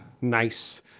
Nice